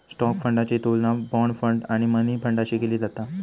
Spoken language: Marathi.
स्टॉक फंडाची तुलना बाँड फंड आणि मनी फंडाशी केली जाता